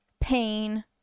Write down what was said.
pain